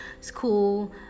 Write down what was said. school